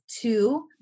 two